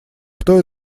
кто